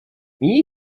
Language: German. wie